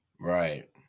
right